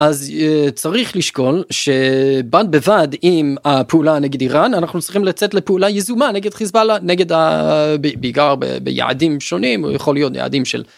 אז צריך לשקול שבד בבד עם הפעולה נגד איראן אנחנו צריכים לצאת לפעולה יזומה נגד חיזבאללה נגד בעיקר ביעדים שונים או יכול להיות יעדים של.